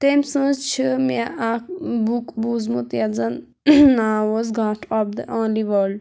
تٔمۍ سٕنٛز چھِ مےٚ اَکھ بُک بوٗزٕمُت یَتھ زَنٛنہٕ ناو اوس گاٹھ آف دےٚ آنلی والٹ